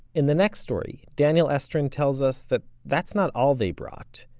in the next story, daniel estrin tells us that that's not all they brought.